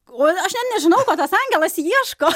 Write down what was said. o aš net nežinau ko tas angelas ieško